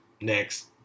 Next